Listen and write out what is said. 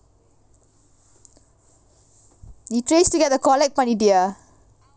நீ:nee TraceTogether collect பண்ணிட்டயா:pannittayaa